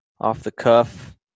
off-the-cuff